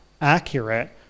accurate